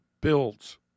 builds